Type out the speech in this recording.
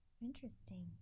interesting